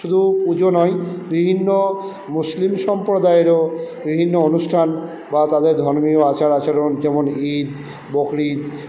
শুধু পুজো নয় বিভিন্ন মুসলিম সম্প্রদায়েরও বিভিন্ন অনুষ্ঠান বা তাদের ধর্মীয় আচার যেমন আচরণ ঈদ বকরিদ